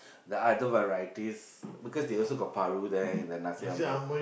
the other varieties because they also got paru there the nasi-ambeng